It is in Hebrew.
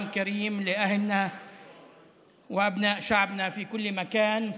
כרים את הציבור שלנו ובני עמנו בכל מקום,